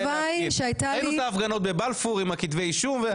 ראינו את ההפגנות בבלפור עם כתבי האישום,